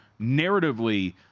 narratively